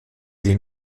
die